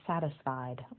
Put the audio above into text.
satisfied